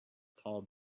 tall